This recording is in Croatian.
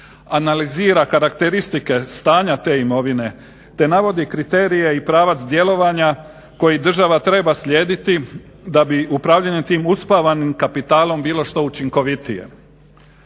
analizira karakteristike stanja te imovine te navodi kriterije i pravac djelovanja koji država treba slijediti da bi upravljanjem tim uspavanim kapitalom bilo što učinkovitije.